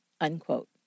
unquote